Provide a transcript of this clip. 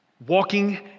Walking